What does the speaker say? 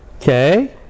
Okay